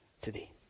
today